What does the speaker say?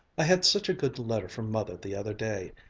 i had such a good letter from mother the other day.